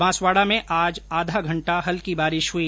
बांसवाड़ा में आज आधा घंटा हल्की बारिश हुई